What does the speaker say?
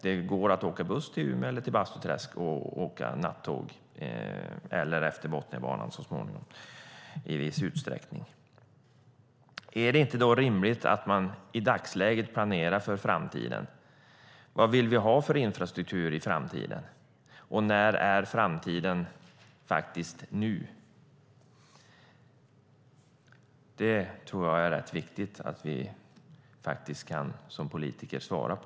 Det går att åka buss till Umeå eller Bastuträsk och åka nattåg, eller i viss utsträckning Norrbotniabanan så småningom. Är det då inte rimligt att man i dagsläget planerar för framtiden? Vad vill vi ha för infrastruktur i framtiden, och när är framtiden faktiskt här? Det tror jag är rätt viktigt att vi som politiker faktiskt kan svara på.